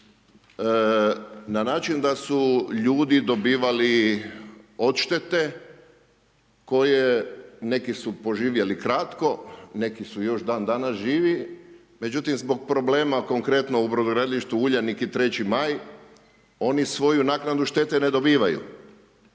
na način da su ljudi dobivali odštete koje, neki su poživjeli kratko, neki su još dan danas živi. Međutim, zbog problema konkretno u Brodogradilištu Uljanik i 3. Maj, oni svoju naknadu štete ne dobivaju,